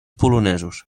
polonesos